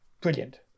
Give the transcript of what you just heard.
Brilliant